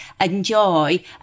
enjoy